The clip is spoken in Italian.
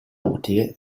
utile